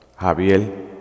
Javier